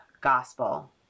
gospel